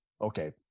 okay